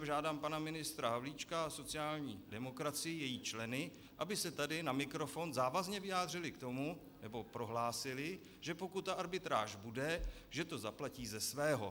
Žádám pana ministra Havlíčka a sociální demokracii, její členy, aby se tady na mikrofon závazně vyjádřili k tomu, nebo prohlásili, že pokud ta arbitráž bude, že to zaplatí ze svého.